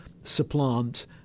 supplant